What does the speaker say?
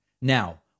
Now